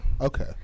Okay